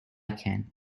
can